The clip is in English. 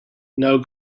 now